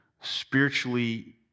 spiritually